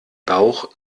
bauch